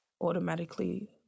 automatically